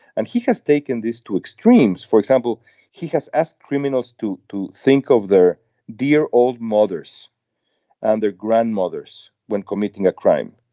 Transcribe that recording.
and he has taken this to extremes for example he has asked criminals to to think of their dear old mothers and their grandmothers when committing a crime.